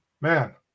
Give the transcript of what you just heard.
Man